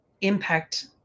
impact